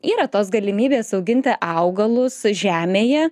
yra tos galimybės auginti augalus žemėje